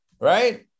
right